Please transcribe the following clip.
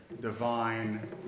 divine